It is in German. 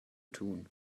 tun